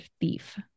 thief